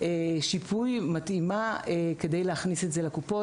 שיפוי מתאימה כדי להכניס את זה לקופות.